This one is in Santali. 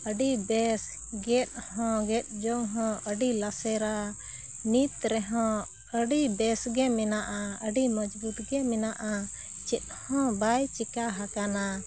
ᱟᱹᱰᱤᱵᱮᱥ ᱜᱮᱫ ᱦᱚᱸ ᱜᱮᱫ ᱡᱚᱝ ᱦᱚᱸ ᱟᱹᱰᱤ ᱞᱟᱥᱮᱨᱟ ᱱᱤᱛ ᱨᱮᱦᱚᱸ ᱟᱹᱰᱤ ᱵᱮᱥᱜᱮ ᱢᱮᱱᱟᱜᱼᱟ ᱟᱹᱰᱤ ᱢᱚᱡᱽᱵᱩᱛᱜᱮ ᱢᱮᱱᱟᱜᱼᱟ ᱪᱮᱫ ᱦᱚᱸ ᱵᱟᱭ ᱪᱤᱠᱟᱹ ᱟᱠᱟᱱᱟ